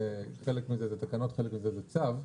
חלק מזה זה תקנות וחלק מזה זה צו.